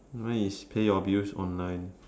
mine is pay your bills online